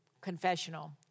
confessional